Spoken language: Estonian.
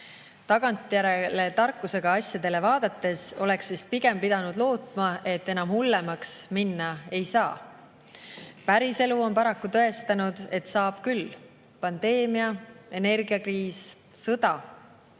Tagantjärele tarkusega asjadele vaadates oleks vist pigem pidanud lootma, et enam hullemaks minna ei saa. Päriselu on paraku tõestanud, et saab küll. Pandeemia, energiakriis, sõda